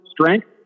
strength